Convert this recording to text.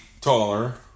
taller